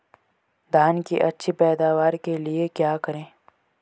धान की अच्छी पैदावार के लिए क्या करें?